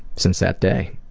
since that day.